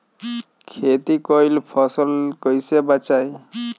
खेती कईल फसल कैसे बचाई?